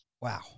Wow